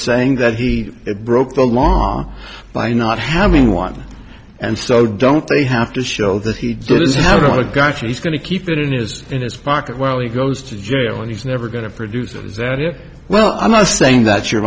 saying that he broke the lawn by not having one and so don't they have to show that he didn't have a gun she's going to keep it in his in his pocket while he goes to jail and he's never going to produce it is that it well i'm not saying that your